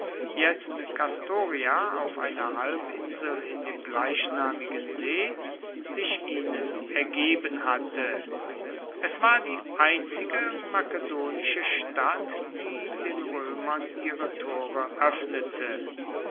auf einer halbinsel in dem gleichnamigen see sich ihnen ergeben hatte es war die einzige makedonische stadt die den roemern ihre tore oeffnete